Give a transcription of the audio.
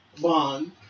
Bond